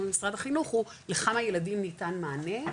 עם משרד החינוך הוא לכמה ילדים ניתן מענה,